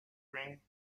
ring